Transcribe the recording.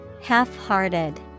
Half-hearted